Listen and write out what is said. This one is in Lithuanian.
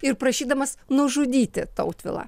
ir prašydamas nužudyti tautvilą